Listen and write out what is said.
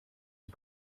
und